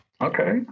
Okay